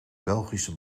belgische